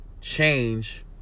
Change